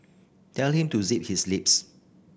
tell him to zip his lips